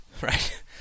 Right